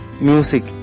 music